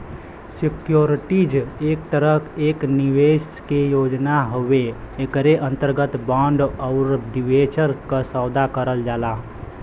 securities एक तरह एक निवेश के योजना हउवे एकरे अंतर्गत बांड आउर डिबेंचर क सौदा करल जाला